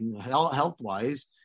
health-wise